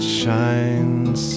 shines